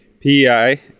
PEI